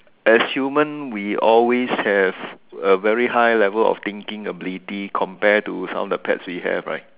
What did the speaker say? as human we always have a very high level of thinking ability compared to some of the pets we have right